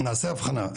נעשה הבחנה,